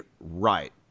right